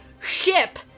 ship